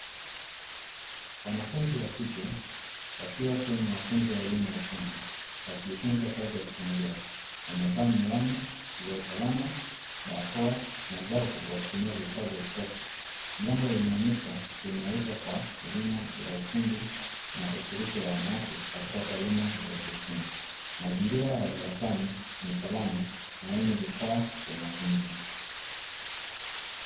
Wanafunzi wa kike wakiwa kwenye mafunzo ya elimu ya ufundi, wakijifunza kazi ya kuchomelea. Wamevaa miwani za usalama, barakoa na glovu wakitumia vifaa vya kisasa. Jambo linaloonyesha kuimarika kwa elimu ya ufundi na ushiriki wa wanawake katika taaluma za kiufundi. Mazingira ya darasani ni salama na yenye vifaa vya mafunzo.